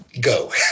Go